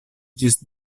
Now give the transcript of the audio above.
ĝis